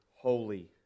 holy